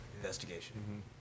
investigation